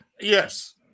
Yes